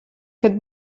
kad